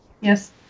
Yes